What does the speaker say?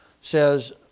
says